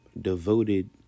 devoted